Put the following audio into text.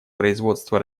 производство